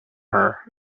her